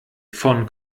von